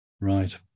Right